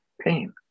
pain